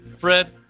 Fred